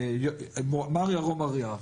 מר ירום אריאב,